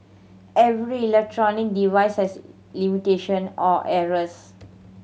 every electronic device has limitation or errors